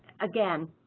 again,